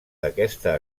d’aquesta